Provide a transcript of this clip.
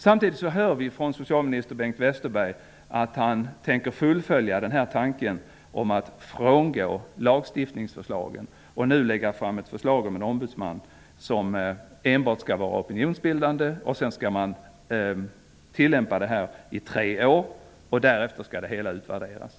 Samtidigt hör vi från socialminister Bengt Westerberg att han tänker fullfölja tanken om att frångå lagstiftningsförslagen och nu lägga fram ett förslag om en ombudsman som enbart skall vara opinionsbildande. Detta förslag skall tillämpas i tre år, och därefter skall det hela utvärderas.